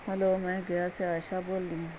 hello میں گیا سے عائشہ بول رہی ہوں